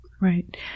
Right